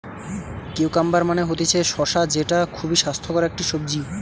cucumber মানে হতিছে শসা যেটা খুবই স্বাস্থ্যকর একটি সবজি